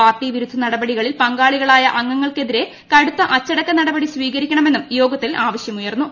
party വിരുദ്ധ നടപടികളിൽ പങ്കാളികളായ അംഗങ്ങൾക്കെതിരെ കടുത്ത അച്ചടക്ക നടപടി സ്വീകരിക്കണമെന്നും യോഗത്തിൽ ആവശ്യമുയർന്നു